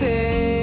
Say